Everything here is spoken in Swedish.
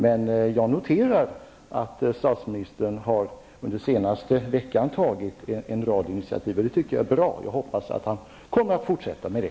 Men jag noterar att statsministern under den senaste veckan har tagit en rad initiativ, och det tycker jag är bra. Jag hoppas att han kommer att fortsätta med det.